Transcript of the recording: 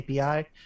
API